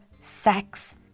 sex